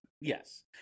Yes